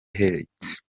heights